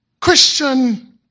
Christian